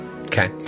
Okay